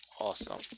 awesome